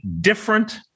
different